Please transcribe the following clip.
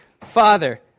father